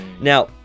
Now